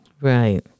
Right